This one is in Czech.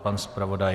Pan zpravodaj?